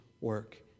work